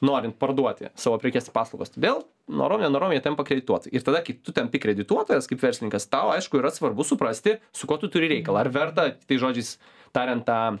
norint parduoti savo prekes paslaugas todėl norom nenorom jie tampa kredituoti ir tada kai tu tampi kredituotojas kaip verslininkas tau aišku yra svarbu suprasti su kuo tu turi reikalą ar verta tais žodžiais tariant tą